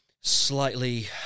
slightly